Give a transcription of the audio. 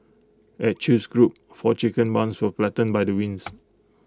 at chew's group four chicken barns were flattened by the winds